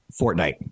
Fortnite